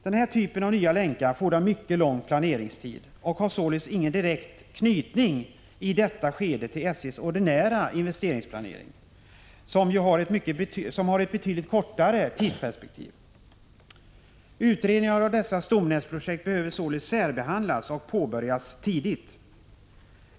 Den här typen av nya länkar fordrar mycket lång planeringstid och har således i detta skede ingen direkt anknytning till SJ:s ordinära investeringsplanering som har ett betydligt kortare tidsperspektiv. Utredningar av dessa stomnätsprojekt behöver således särbehandlas och påbörjas tidigt.